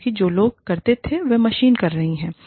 क्योंकि जो लोग करते थे वह मशीनें कर रही हैं